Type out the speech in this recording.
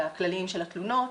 הכלליים של התלונות.